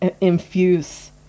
infuse